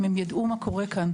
אם הם יידעו מה קורה כאן,